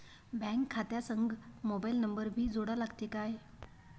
Bank खात्या संग mobile number भी जोडा लागते काय?